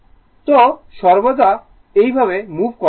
সুতরাং সর্বত্র এইভাবে মুভ করতে পারে